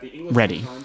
ready